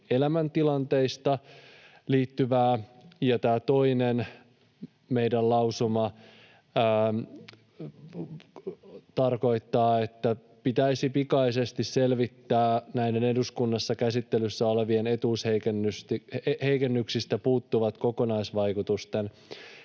elämäntilanteisiin liittyen. Toinen meidän lausuma tarkoittaa, että pitäisi pikaisesti selvittää näistä eduskunnassa käsittelyssä olevista etuusheikennyksistä puuttuvat kokonaisvaikutusten